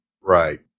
Right